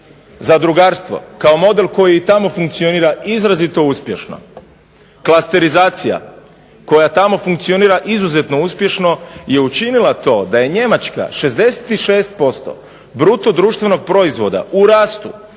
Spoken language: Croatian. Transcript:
Zadrugarstvo, kao model koji i tamo funkcionira izrazito uspješno, klasterizacija koja tamo funkcionira izuzetno uspješno je učinila to da je Njemačka 66% bruto društvenog proizvoda u rastu,